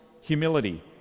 humility